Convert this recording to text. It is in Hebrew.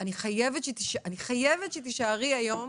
חביבתי, אני חייבת שתישארי היום